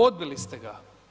Odbili ste ga.